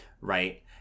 right